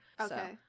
okay